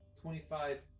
twenty-five